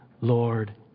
Lord